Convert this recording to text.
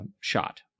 shot